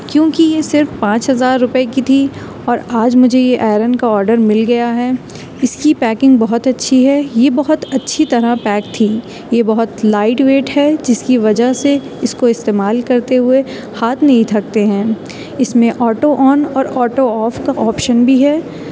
کیونکہ یہ صرف پانچ ہزار روپے کی تھی اور آج مجھے یہ آئرن کا آڈر مل گیا ہے اس کی پیکنگ بہت اچھی ہے یہ بہت اچھی طرح پیک تھی یہ بہت لائٹ ویٹ ہے جس کی وجہ سے اس کو استعمال کرتے ہوئے ہاتھ نہیں تھکتے ہیں اس میں آٹو آن اور آٹو آف کا آپشن بھی ہے